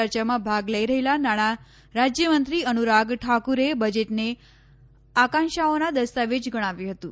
ચર્ચામાં ભાગ લઈ રહેલા નાણાં રાજ્ય મંત્રી અનુરાગ ઠાકુરે બજેટને આકાંક્ષાઓનો દસ્તાવેજ ગણાવ્યું હતું